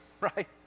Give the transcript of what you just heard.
right